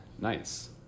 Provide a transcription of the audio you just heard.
Nice